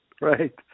right